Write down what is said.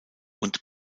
und